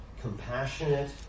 compassionate